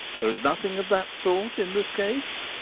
there is nothing of that sort in this case?